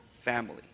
family